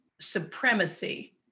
supremacy